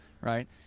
right